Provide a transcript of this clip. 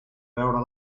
veure